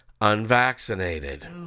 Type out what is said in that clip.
unvaccinated